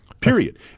Period